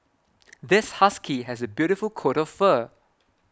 this husky has a beautiful coat of fur